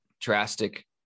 drastic